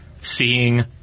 seeing